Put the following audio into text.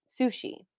sushi